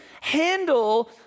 handle